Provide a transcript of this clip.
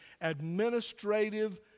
administrative